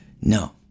no